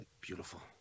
Beautiful